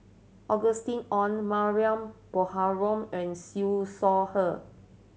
Ong Mariam Baharom and Siew Shaw Her